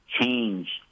change